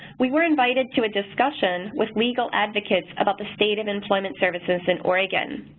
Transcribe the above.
we were invited to a discussion with legal advocates about the state of employment services in oregon.